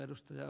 kiuru